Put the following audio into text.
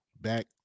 back